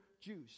Jews